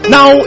Now